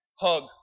hug